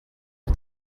for